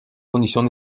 conditions